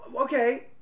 okay